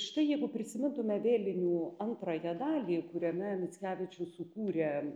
štai jeigu prisimintume vėlinių antrąją dalį kuriame mickevičius sukūrė